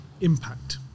impact